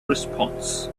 response